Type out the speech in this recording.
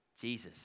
Jesus